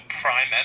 prime